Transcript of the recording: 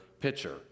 pitcher